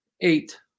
Eight